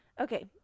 Okay